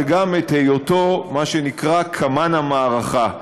גם את היותו מה שנקרא קמ"ן המערכה.